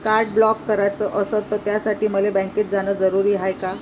Card block कराच असनं त त्यासाठी मले बँकेत जानं जरुरी हाय का?